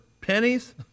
pennies